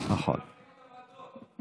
רק שלא יחרימו את הוועדות.